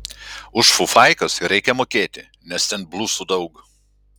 už fufaikas reikia mokėti nes ten blusų daug